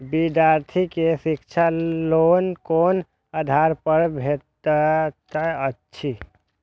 विधार्थी के शिक्षा लोन कोन आधार पर भेटेत अछि?